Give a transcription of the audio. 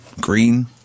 green